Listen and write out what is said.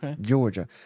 Georgia